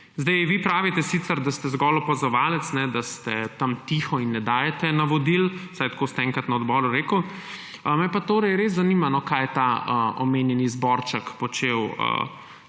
Vi sicer pravite, da ste zgolj opazovalec, da ste tam tiho in ne dajete navodil. Vsaj tako ste enkrat na odboru rekli, me pa res zanima, kaj je ta omenjeni zborček počel